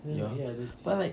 ya but like